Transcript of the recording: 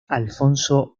alfonso